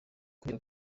kubera